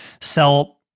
sell